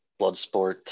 Bloodsport